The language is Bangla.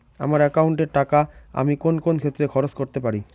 আমার একাউন্ট এর টাকা আমি কোন কোন ক্ষেত্রে খরচ করতে পারি?